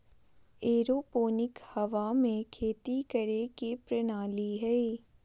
aeroponic हवा में खेती करे के प्रणाली हइ